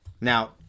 Now